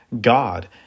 God